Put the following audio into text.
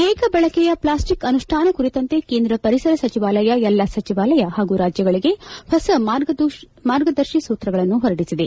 ಏಕಬಳಕೆಯ plastic ಅನುಷ್ಠಾನ ಕುರಿತಂತೆ ಕೇಂದ್ರ ಪರಿಸರ ಸಚಿವಾಲಯ ಎಲ್ಲ ಸಚಿವಾಲಯ ಹಾಗೂ ರಾಜ್ಬಗಳಿಗೆ ಹೊಸ ಮಾರ್ಗದರ್ಶಿ ಸೂತ್ರಗಳನ್ನು ಪೊರಡಿಸಿದೆ